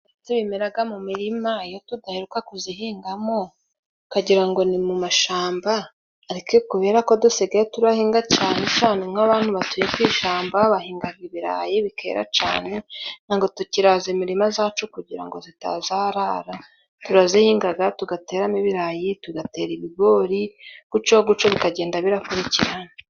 Ibyatsi bimeraga mu mirima iyo tudaheruka kuzihingamo ukagira ngo ni mu mashamba, ariko kubera ko dusigaye turahinga cane cane nk'abantu batuye ku ishamba bahingaga ibirayi bikera cane ntago tukiraza imirima zacu kugira ngo zitazarara. Turazihingaga tugateramo ibirayi, tugatera ibigori, guco guco bikagenda birakurikirana.